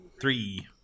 Three